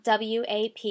WAP